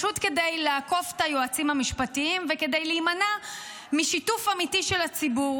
כדי לעקוף את היועצים המשפטיים וכדי להימנע משיתוף אמיתי של הציבור.